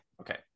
okay